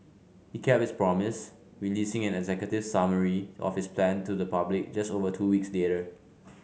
he kept his promise releasing an executive summary of his plan to the public just over two weeks later